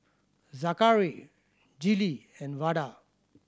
Zackary Gillie and Vada